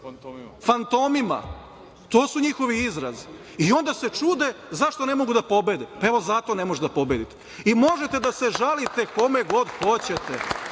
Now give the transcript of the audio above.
fantomima“, to su njihovi izrazi. Onda se čude zašto ne mogu da pobede, pa evo zato ne možete da pobedite. Možete da se žalite kome god hoćete,